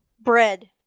Bread